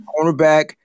Cornerback